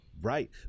Right